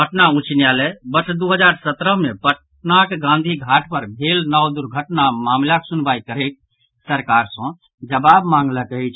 पटना उच्च न्यायालय वर्ष दू हजार सत्रह मे पटनाक गांधी घाट पर भेल नव दुर्घटना मामिलाक सुनवाई करैत सरकार सँ जवाब मांगलक अछि